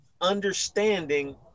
understanding